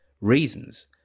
reasons